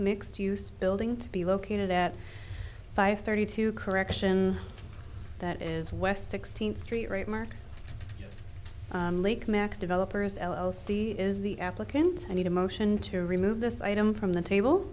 mixed use building to be located at five thirty two correction that is west sixteenth street right mark lake merrick developers l l c is the applicant i made a motion to remove this item from the table